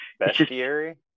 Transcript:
Bestiary